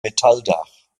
metalldach